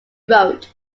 wrote